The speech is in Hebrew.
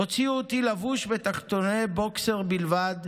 הוציאו אותי לבוש בתחתוני בוקסר בלבד,